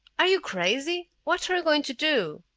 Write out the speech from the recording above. are you crazy? what are you going to do?